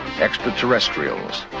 extraterrestrials